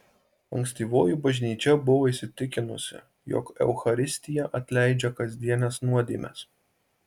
ankstyvoji bažnyčia buvo įsitikinusi jog eucharistija atleidžia kasdienes nuodėmes